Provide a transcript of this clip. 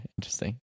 interesting